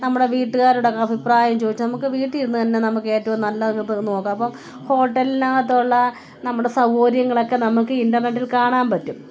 നമ്മുടെ വീട്ടുകാരുടെ അഭിപ്രായം ചോദിച്ച് നമുക്ക് വീട്ടിലിരുന്ന് തന്നെ നമുക്ക് ഏറ്റവും നല്ലത് നോക്കാം അപ്പം ഹോട്ടൽനകത്തുള്ള നമ്മുടെ സൗകര്യങ്ങളൊക്കെ നമുക്ക് ഇൻ്റെർനെറ്റിൽ കാണാൻ പറ്റും